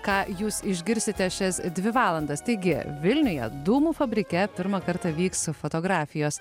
ką jūs išgirsite šias dvi valandas taigi vilniuje dūmų fabrike pirmą kartą vyks fotografijos